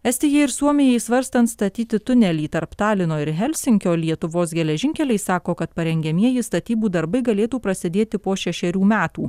estijai ir suomijai svarstant statyti tunelį tarp talino ir helsinkio lietuvos geležinkeliai sako kad parengiamieji statybų darbai galėtų prasidėti po šešerių metų